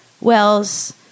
Wells